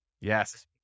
Yes